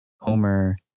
Homer